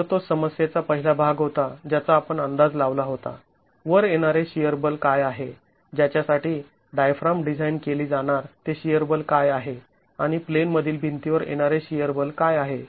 तर तो समस्येचा पहिला भाग होता ज्याचा आपण अंदाज लावला होता वर येणारे शिअर बल काय आहे ज्याच्यासाठी डायफ्राम डिझाईन केली जाणार ते शिअर बल काय आहे आणि प्लेन मधील भिंतीवर येणारे शिअर बल काय आहे